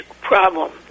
problem